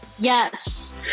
Yes